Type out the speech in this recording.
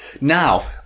Now